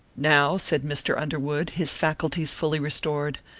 now, said mr. underwood, his faculties fully restored,